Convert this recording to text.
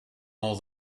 all